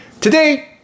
Today